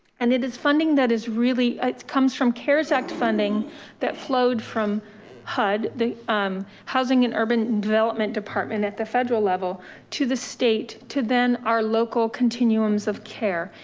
and it is funding that is really, it's comes from cares act funding that flowed from hud, the um housing and urban development department at the federal level to the state, to then our local continuums of care,